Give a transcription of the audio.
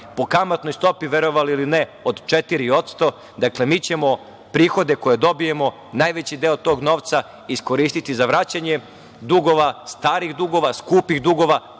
Po kamatnoj stopi, verovali ili ne, od 4%. Dakle, mi ćemo prihode koje dobijemo najveći deo tog novca iskoristiti za vraćanje dugova, starih dugova, skupih dugova.